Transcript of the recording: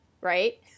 right